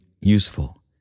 useful